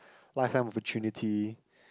life fam opportunity